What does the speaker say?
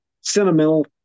sentimental